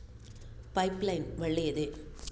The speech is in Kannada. ಪೈಪ್ ಲೈನ್ ಒಳ್ಳೆಯದೇ?